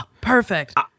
perfect